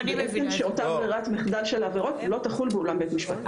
שאותה ברירת מחדל של עבירות לא תחול באולם בית משפט.